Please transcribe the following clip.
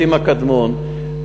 סימה קדמון,